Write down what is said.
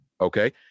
Okay